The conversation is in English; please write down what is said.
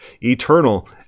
eternal